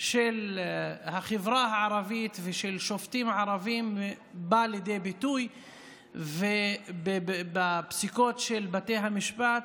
של החברה הערבית ושל שופטים ערבים בא לידי ביטוי בפסיקות של בתי המשפט,